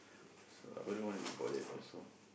so I wouldn't want to be bother also